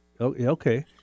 Okay